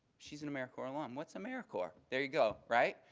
she's an americorps alum. what's americorps? there you go, right?